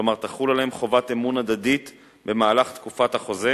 כלומר תחול עליהם חובת אמון הדדית במהלך תקופת החוזה,